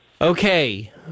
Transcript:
Okay